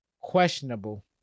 Questionable